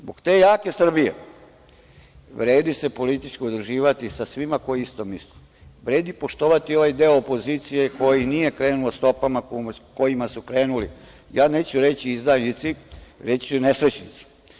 Zbog te jake Srbije vredi se politički udruživati sa svima koji isto misle, vredi poštovati ovaj deo opozicije koji nije krenuo stopama kojima su krenuli, ja neću reći izdajnici, reći ću nesrećnici.